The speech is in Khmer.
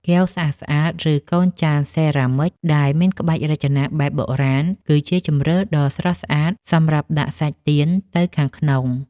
កែវស្អាតៗ ឬកូនចានសេរ៉ាមិចដែលមានក្បាច់រចនាបែបបុរាណ គឺជាជម្រើសដ៏ស្រស់ស្អាតសម្រាប់ដាក់សាច់ទៀនទៅខាងក្នុង។